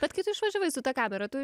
bet kai tu išvažiavai su ta kamera tu